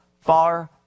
Far